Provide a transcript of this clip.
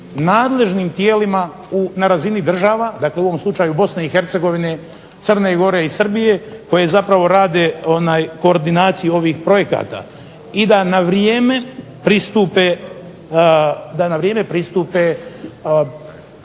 nadležnim tijelima na razini država, dakle u ovom slučaju Bosne i Hercegovine, Crne Gore i Srbije koje zapravo rade koordinaciju ovih projekata i da na vrijeme pristupe